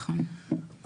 ששמרו עליהם, נכון.